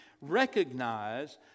recognize